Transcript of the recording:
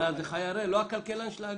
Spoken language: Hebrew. לא הכלכלן של האגף?